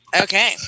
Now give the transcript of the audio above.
Okay